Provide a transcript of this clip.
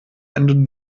ende